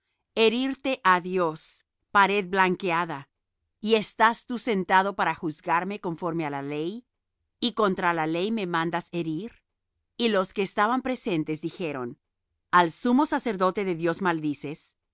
herirte ha dios pared blanqueada y estás tú sentado para juzgarme conforme á la ley y contra la ley me mandas herir y los que estaban presentes dijeron al sumo sacerdote de dios maldices